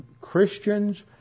Christians